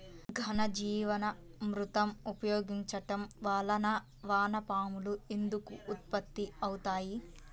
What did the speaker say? ఘనజీవామృతం ఉపయోగించటం వలన వాన పాములు ఎందుకు ఉత్పత్తి అవుతాయి?